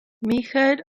michael